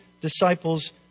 disciples